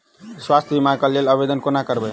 स्वास्थ्य बीमा कऽ लेल आवेदन कोना करबै?